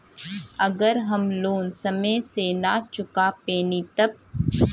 अगर हम लोन समय से ना चुका पैनी तब?